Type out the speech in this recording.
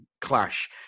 clash